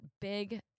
Big